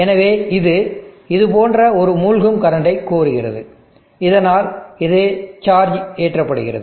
எனவே இது இது போன்ற ஒரு மூழ்கும் கரண்டை கோருகிறது இதனால் இது சார்ஜ் ஏற்றப்படுகிறது